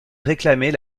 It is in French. réclamer